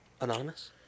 anonymous